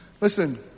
Listen